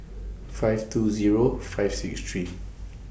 five two Zero five six three